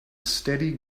steady